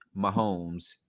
mahomes